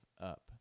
up